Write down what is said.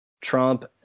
Trump